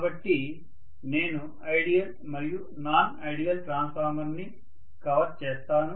కాబట్టి నేను ఐడియల్ మరియు నాన్ ఐడియల్ ట్రాన్స్ఫార్మర్ను కవర్ చేస్తాను